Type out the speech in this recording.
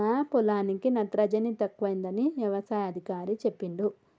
మా పొలానికి నత్రజని తక్కువైందని యవసాయ అధికారి చెప్పిండు